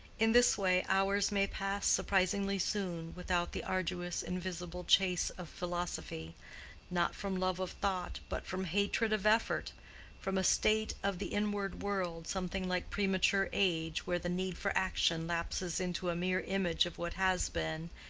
in this way hours may pass surprisingly soon, without the arduous invisible chase of philosophy not from love of thought, but from hatred of effort from a state of the inward world, something like premature age, where the need for action lapses into a mere image of what has been,